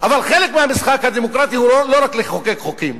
אבל חלק מהמשחק הדמוקרטי הוא לא רק לחוקק חוקים,